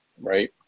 right